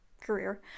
career